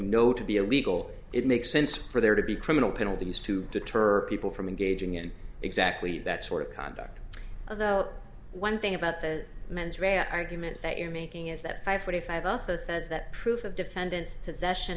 know to be illegal it makes sense for there to be criminal penalties to deter people from engaging in exactly that sort of conduct of the one thing about the the mens rea argument that you're making is that five forty five also says that proof of defendant's possession